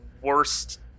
worst